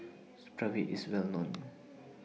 Supravit IS A Well known